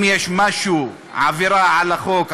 אם יש משהו עבירה על החוק,